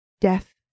death